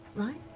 right?